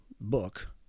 book